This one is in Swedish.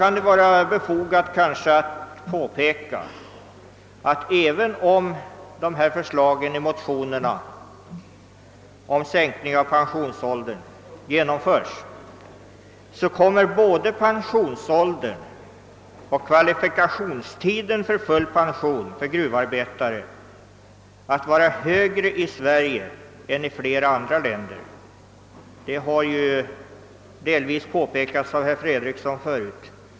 Men även om motionärernas förslag om en sänkning av gruvarbetarnas pensionsålder genomförs kommer pensionsåldern att vara högre och kvalifikationstiden för full pension längre i Sverige än i flera andra länder — detta var ju också herr Fredriksson inne på tidigare.